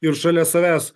ir šalia savęs